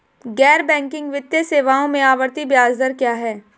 गैर बैंकिंग वित्तीय सेवाओं में आवर्ती ब्याज दर क्या है?